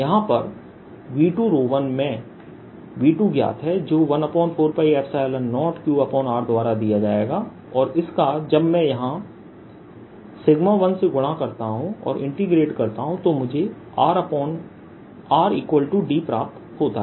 यहां पर V21 में V2 ज्ञात है जो 14π0qr द्वारा दिया जाएगा और इसका जब मैं यहां 1 से गुणा करता हूं और इंटीग्रेट करता हूं तो मुझे rd प्राप्त होता है